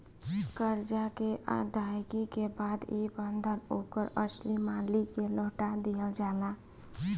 करजा के अदायगी के बाद ई बंधन ओकर असली मालिक के लौटा दिहल जाला